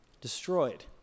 destroyed